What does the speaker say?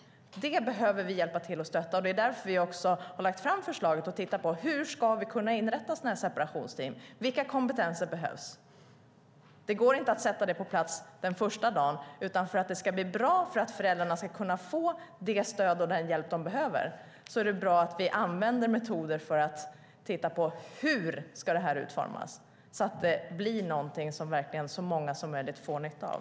Det behöver vi hjälpa till att stötta. Det är därför vi har lagt fram förslaget och tittat på hur vi ska kunna inrätta separationsteam. Vilka kompetenser behövs? Det går inte att sätta det på plats första dagen. För att det ska bli bra och för att föräldrarna ska kunna få det stöd och den hjälp som de behöver är det bra att vi använder metoder för att titta på hur det ska utformas, så att det blir något som så många som möjligt får nytta av.